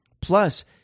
Plus